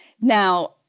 Now